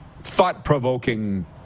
thought-provoking